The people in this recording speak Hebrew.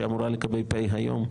שאמורה לקבל פ' היום,